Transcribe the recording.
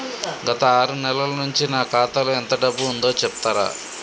గత ఆరు నెలల నుంచి నా ఖాతా లో ఎంత డబ్బు ఉందో చెప్తరా?